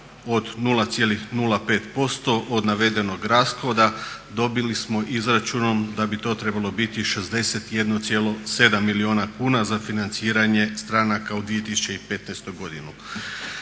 od 0,05% od navedenog rashoda dobili smo izračunom da bi to trebalo biti 61,7 milijuna kuna za financiranje stranaka u 2015. godinu.